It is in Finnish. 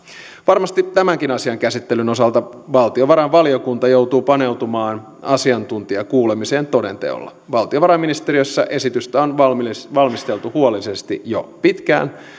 varmasti tämänkin asian käsittelyn osalta valtiovarainvaliokunta joutuu paneutumaan asiantuntijakuulemiseen toden teolla valtiovarainministeriössä esitystä on valmisteltu huolellisesti jo pitkään